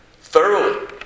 Thoroughly